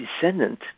descendant